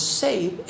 save